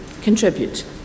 contribute